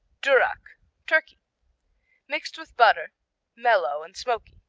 durak turkey mixed with butter mellow and smoky.